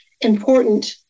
important